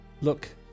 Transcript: look